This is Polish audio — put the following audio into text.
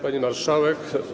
Pani Marszałek!